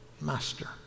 master